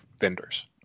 vendors